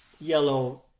yellow